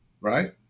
right